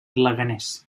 leganés